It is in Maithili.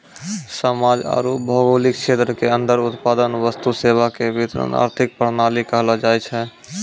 समाज आरू भौगोलिक क्षेत्र के अन्दर उत्पादन वस्तु सेवा के वितरण आर्थिक प्रणाली कहलो जायछै